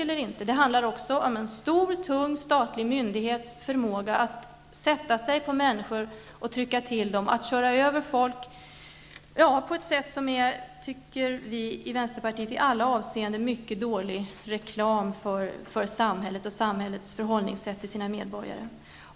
Det handlar också om en stor, tung statlig myndighets förmåga att sätta sig på människor, trycka ned dem, köra över folk på ett sätt som vi i vänsterpartiet tycker är i alla avseenden mycket dålig reklam för samhället och samhällets förhållningssätt gentemot medborgarna.